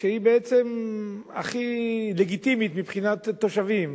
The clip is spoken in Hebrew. שהיא בעצם הכי לגיטימית מבחינת תושבים,